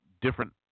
different